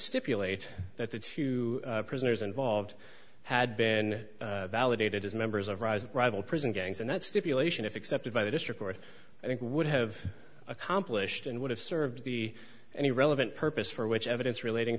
stipulate that the two prisoners involved had been validated as members of rising rival prison gangs and that stipulation if accepted by the district were i think would have accomplished and would have served the any relevant purpose for which evidence relating